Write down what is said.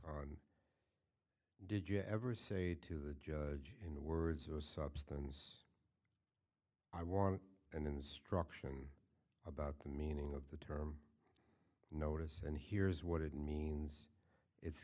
digital ever say to the judge in the words or substance i want an instruction about the meaning of the term notice and here's what it means it's